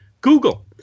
Google